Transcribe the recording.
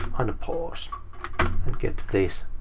unpause. and get this,